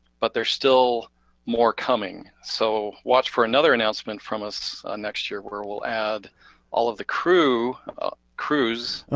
but there are still more coming, so watch for another announcement from us next year where we'll add all of the crew cruise,